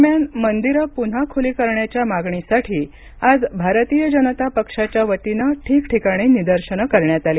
दरम्यान मंदिरं पुन्हा खुली करण्याच्या मागणीसाठी आज भारतीय जनता पक्षाच्या वतीनं राज्यात ठिकठिकाणी निदर्शन करण्यात आली